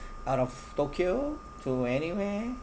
out of tokyo to anywhere